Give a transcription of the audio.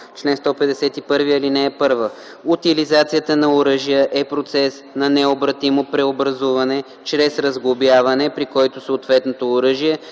чл. 151: „Чл. 151. (1) Утилизацията на оръжия е процес на необратимо преобразуване чрез разглобяване, при който съответното оръжие